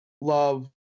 love